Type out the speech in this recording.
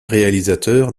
réalisateur